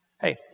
Hey